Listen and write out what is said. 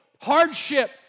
hardship